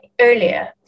earlier